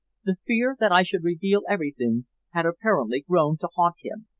the fear that i should reveal everything had apparently grown to haunt him,